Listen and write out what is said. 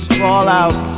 fallout